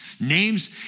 Names